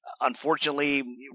unfortunately